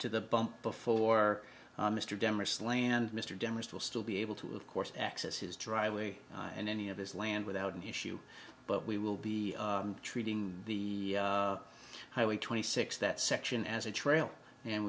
to the bump before mr demarest land mr demarest will still be able to of course access his driveway and any of his land without an issue but we will be treating the highway twenty six that section as a trail and